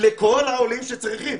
לכול העולים שצריכים.